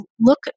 look